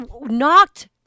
Knocked